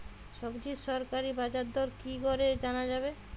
সবজির সরকারি বাজার দর কি করে জানা যাবে?